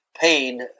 paid